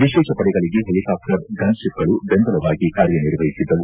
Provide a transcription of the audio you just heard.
ವಿಶೇಷ ಪಡೆಗಳಿಗೆ ಹೆಲಿಕಾಪ್ಟರ್ ಗನ್ಶಿಪ್ಗಳು ಬೆಂಬಲವಾಗಿ ಕಾರ್ಯನಿರ್ವಹಿಸಿದ್ದವು